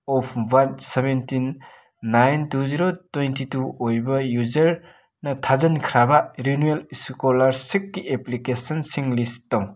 of but seventeen nine two zero twenty two ꯑꯣꯏꯕ ꯌꯨꯖꯔꯅ ꯊꯥꯖꯟꯈ꯭ꯔꯕ ꯔꯦꯅꯦꯋꯦꯜ ꯏ꯭ꯁ꯭ꯀꯣꯂꯥꯔꯁꯤꯛꯀꯤ ꯑꯦꯄ꯭ꯂꯤꯀꯦꯁꯟꯁꯤꯡ ꯂꯤꯁ ꯇꯧ